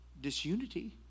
disunity